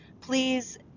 Please